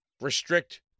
restrict